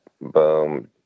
boom